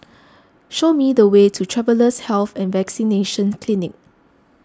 show me the way to Travellers' Health and Vaccination Clinic